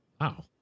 Wow